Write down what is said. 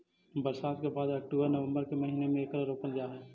बरसात के बाद अक्टूबर नवंबर के महीने में एकरा रोपल जा हई